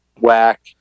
Whack